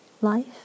life